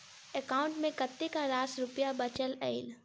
account मे कतेक रास रुपया बचल एई